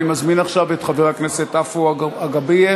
אני מזמין עכשיו את חבר הכנסת עפו אגבאריה,